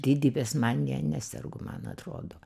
didybės manija nesergu man atrodo